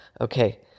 Okay